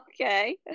okay